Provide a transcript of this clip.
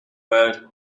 байр